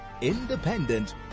independent